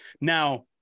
Now